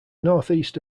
northeast